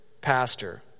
pastor